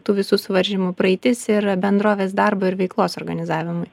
tų visų suvaržymų praeitis ir bendrovės darbo ir veiklos organizavimui